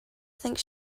think